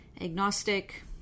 agnostic